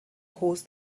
caused